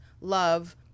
love